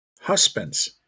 Husbands